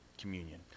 communion